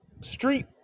street